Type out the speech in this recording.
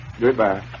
Goodbye